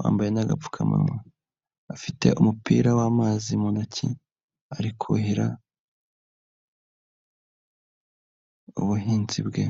wambaye n'agapfukamunwa, afite umupira w'amazi mu ntoki ari kuhira ubuhinzi bwe.